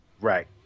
Right